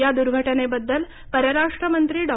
या दुर्घटनेबद्दल परराष्ट्र मंत्री डॉ